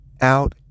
out